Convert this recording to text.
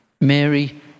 Mary